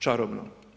Čarobno.